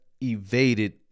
evaded